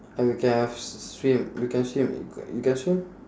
and we can have swim we can swim you can swim